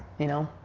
you know?